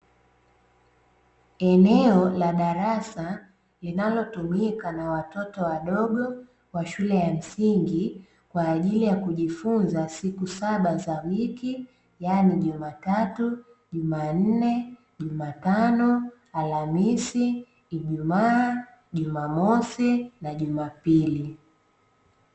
Eneo la darasa linalotumika na watoto wadogo ya shule ya msingi, kwa ajili ya kujifunza siku saba za wiki yaani: jumatatu, jumanne, jumatano, alhamisi, ijumaa, jumamosi na jumapili.